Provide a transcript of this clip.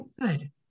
good